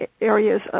areas